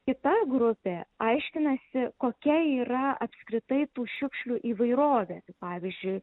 kita grupė aiškinasi kokia yra apskritai tų šiukšlių įvairovė pavyzdžiui